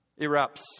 erupts